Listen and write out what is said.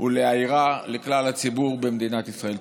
ולהאירה לכלל הציבור במדינת ישראל.